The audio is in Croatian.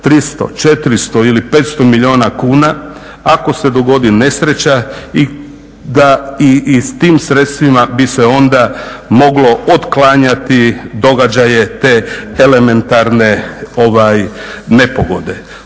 300, 400 ili 500 milijuna kuna ako se dogodi nesreća i da i s tim sredstvima bi se onda moglo otklanjati događaje te elementarne nepogode.